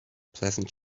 pleasant